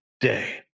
day